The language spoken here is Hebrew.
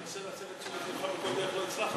להצביע עבורו כדי שקרני